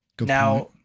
Now